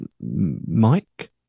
Mike